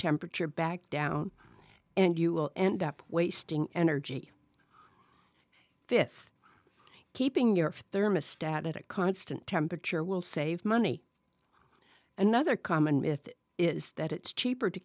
temperature back down and you will end up wasting energy fifth keeping your thermostat at a constant temperature will save money another common myth is that it's cheaper to